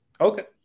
Okay